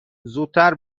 زودتر